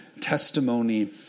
testimony